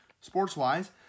sports-wise